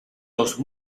los